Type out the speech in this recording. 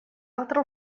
altra